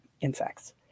insects